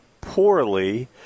poorly